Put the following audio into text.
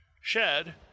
shed